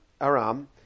Aram